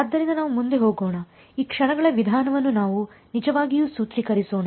ಆದ್ದರಿಂದ ನಾವು ಮುಂದೆ ಹೋಗೋಣ ಈ ಕ್ಷಣಗಳ ವಿಧಾನವನ್ನು ನಾವು ನಿಜವಾಗಿಯೂ ಸೂತ್ರೀಕರಿಸೋಣ